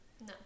No